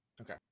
Okay